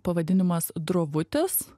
pavadinimas drovutis